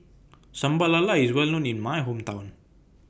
Sambal Lala IS Well known in My Hometown